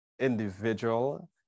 individual